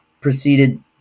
proceeded